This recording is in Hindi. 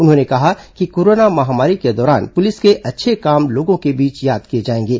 उन्होंने कहा कि कोरोना महामारी के दौरान पुलिस के अच्छे काम लोगों के बीच याद किए जायेंगे